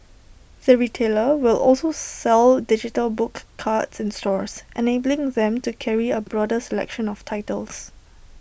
the retailer will also sell digital book cards in stores enabling them to carry A broader selection of titles